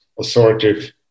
authoritative